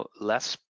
less